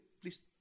please